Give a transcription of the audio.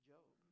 Job